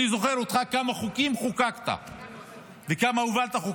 אני זוכר כמה חוקים חוקקת וכמה חוקים הובלת.